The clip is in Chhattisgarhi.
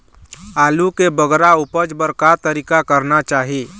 आलू के बगरा उपज बर का तरीका करना चाही?